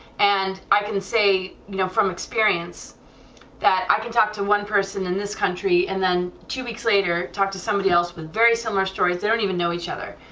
and i can say you know from experience that i can talk to one person in this country, and then two weeks later talk to somebody else with very similar stories, they don't even know each other,